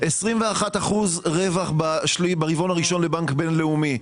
21% רווח ברבעון הראשון לבנק הבינלאומי.